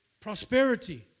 prosperity